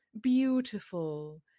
beautiful